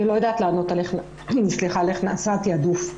אני לא יודעת לענות איך נעשה התעדוף.